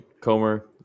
Comer